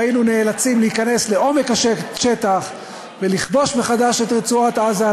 היינו נאלצים להיכנס לעומק השטח ולכבוש מחדש את רצועת-עזה,